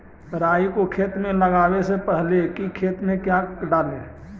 राई को खेत मे लगाबे से पहले कि खेत मे क्या डाले?